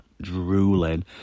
drooling